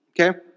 Okay